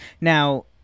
Now